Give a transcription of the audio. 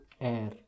Air